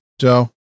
Joe